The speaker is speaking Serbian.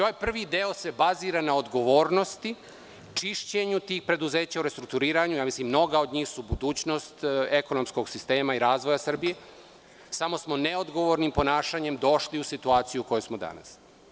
Ovaj prvi deo se bazira na odgovornosti, čišćenju tih preduzeća u restrukturiranju, mislim da mnoga od njih su budućnost ekonomskog sistema i razvoja Srbije, samo smo neodgovorni ponašanjem došli u situaciju u kojoj smo danas.